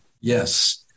Yes